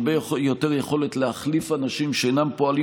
הרבה יותר יכולת להחליף אנשים שאינם פועלים